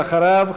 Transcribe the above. ואחריו,